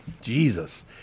Jesus